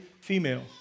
female